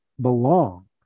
belong